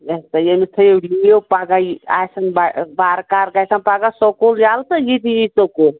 اَسہِ پَزِ أمِس تھٲوِو لیٖو پگاہ آسٮ۪ن بہ وارٕکارِٕ گژھٮ۪ن پگاہ سکوٗل یلہٕ تہٕ یہِ تہِ یِیہِ سکوٗل